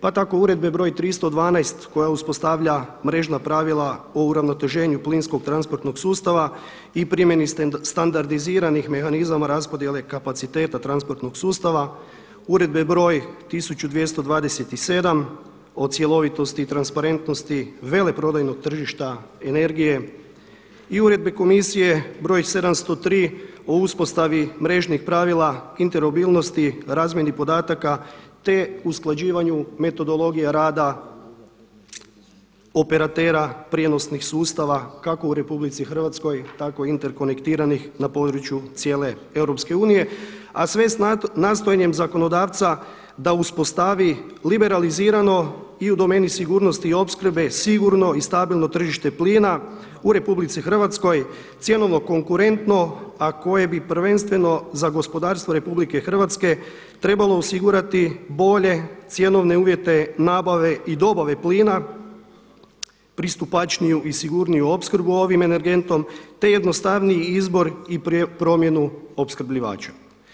Pa tako uredbe br. 312. koja uspostavlja mrežna pravila o uravnoteženju plinskog transportnog sustava i primjeni standardiziranih mehanizama raspodjele kapaciteta transportnog sustava, uredbe broj 1227 o cjelovitosti i transparentnosti veleprodajnog tržišta energije i Uredbe komisije br. 703 o uspostavi mrežnih pravila intermobilnosti, razmjeni podataka te usklađivanju metodologija rada operatera prijenosnih sustava kako u RH i interkonektiranih na području cijele EU a sve sa nastojanjem zakonodavca da uspostavi liberalizirano i u domeni sigurnosti i opskrbe sigurno i stabilno tržište plina u RH, cjenovno konkurentno a koje bi prvenstveno za gospodarstvo RH trebalo osigurati bolje cjenovne uvjete nabave i dobave plina, pristupačniju i sigurniju opskrbu ovim energentom te jednostavniji izbor i promjenu opskrbljivača.